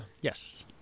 Yes